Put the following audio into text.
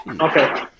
Okay